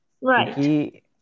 Right